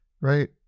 right